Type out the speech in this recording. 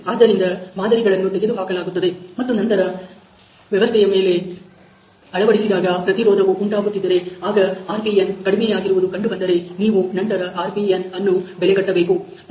ಅದರಿಂದ ಮಾದರಿಗಳನ್ನು ತೆಗೆದುಹಾಕಲಾಗುತ್ತದೆ ಮತ್ತು ನಂತರ ಮತ್ತೆ ವ್ಯವಸ್ಥೆಯ ಮೇಲೆ ಅಳವಡಿಸಿದಾಗ ಪ್ರತಿರೋಧವು ಉಂಟಾಗುತ್ತಿದ್ದರೆ ಆಗ RPN ಕಡಿಮೆಯಾಗಿರುವುದು ಕಂಡುಬಂದರೆ ನೀವು ನಂತರ RPN ಅನ್ನು ಬೆಲೆ ಕಟ್ಟಬೇಕು